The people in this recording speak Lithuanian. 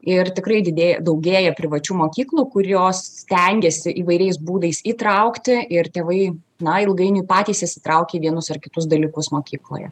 ir tikrai didėja daugėja privačių mokyklų kurios stengiasi įvairiais būdais įtraukti ir tėvai na ilgainiui patys įsitraukia į vienus ar kitus dalykus mokykloje